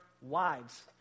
wives